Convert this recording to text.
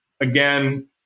again